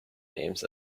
names